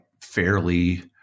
fairly